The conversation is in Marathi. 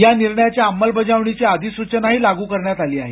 या निर्णयाच्या अंमलबजावणीबद्दलची अधिसूचनाही लागू करण्यात आली आहे